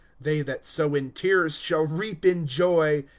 they that sow in tears shall reap in joy,